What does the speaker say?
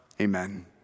amen